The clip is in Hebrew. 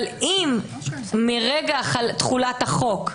אבל אם מרגע תחולת החוק,